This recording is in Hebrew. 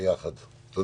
אני